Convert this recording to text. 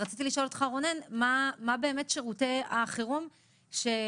רציתי לשאול אותך רונן מה באמת שירותי החירום מביאים,